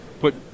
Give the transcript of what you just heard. Put